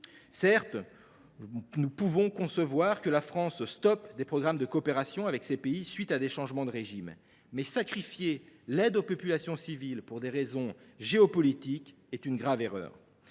Certes, nous pouvons concevoir que la France stoppe des programmes de coopération avec ces pays à la suite des changements de régime, mais sacrifier l’aide aux populations civiles pour des raisons géopolitiques est une grave erreur.